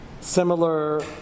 Similar